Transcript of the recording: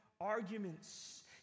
arguments